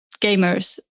gamers